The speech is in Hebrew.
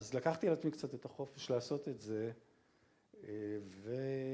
אז לקחתי על עצמי קצת את החופש לעשות את זה, ו...